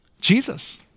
Jesus